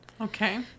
Okay